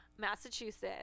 Massachusetts